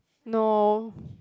no